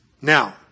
Now